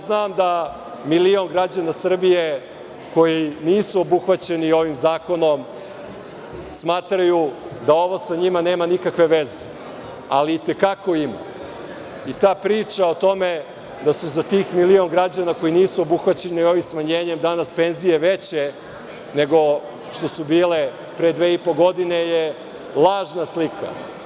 Znam da milion građana Srbije, koji nisu obuhvaćeni ovim zakonom, smatraju da ovo sa njima nema nikakve veze, ali i te kako ima i ta priča o tome da su za tih milion građana koji nisu obuhvaćeni ovim smanjenjem danas penzije veće nego što su bile pre dve i godine je lažna slika.